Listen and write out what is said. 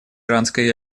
иранской